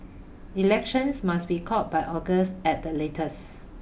elections must be called by August at the latest